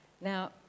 Now